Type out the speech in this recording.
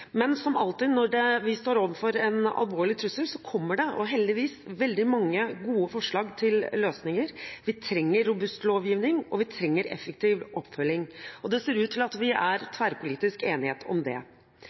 Men som alltid når vi står overfor en alvorlig trussel, kommer det heldigvis veldig mange gode forslag til løsninger. Vi trenger en robust lovgivning, og vi trenger effektiv oppfølging, og det ser ut til at det er tverrpolitisk enighet om det.